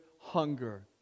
hunger